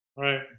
Right